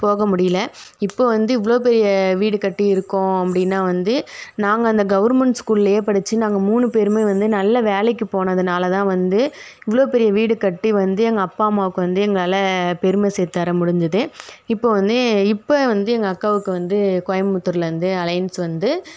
போக முடியல இப்போது வந்து இவ்வளோ பெரிய வீடு கட்டி இருக்கோம் அப்படீன்னா வந்து நாங்கள் அந்த கவுர்மண்ட் ஸ்கூல்லேயே படித்து நாங்கள் மூணு பேருமே வந்து நல்ல வேலைக்கு போனதுனால் தான் வந்து இவ்வளோ பெரிய வீடு கட்டி வந்து எங்கள் அப்பா அம்மாவுக்கு வந்து எங்களால் பெருமை சேர்த்து தர முடிஞ்சுது இப்போது வந்து இப்போ வந்து எங்கள் அக்காவுக்கு வந்து கோயம்புத்தூரிலருந்து அலையன்ஸ் வந்து